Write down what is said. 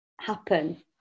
happen